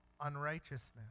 unrighteousness